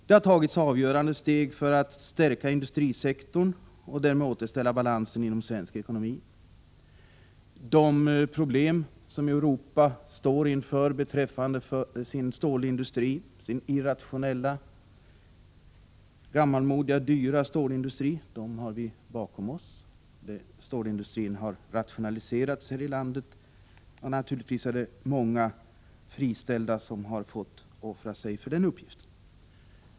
Det har tagits avgörande steg för att stärka industrisektorn och därmed återställa balansen inom svensk ekonomi. De problem som Europa står inför beträffande sin stålindustri, som ofta är irrationell, gammalmodig och dyr, har vi bakom oss. Stålindustrin här i landet har rationaliserats. Naturligtvis är det många friställda som fått offra sig för den uppgiften.